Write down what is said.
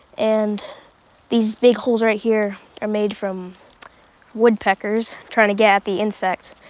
and these big holes right here are made from woodpeckers, trying to get at the insects.